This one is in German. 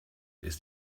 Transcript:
ist